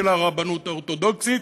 של הרבנות האורתודוקסית.